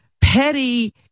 petty